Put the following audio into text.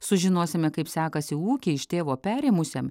sužinosime kaip sekasi ūkį iš tėvo perėmusiam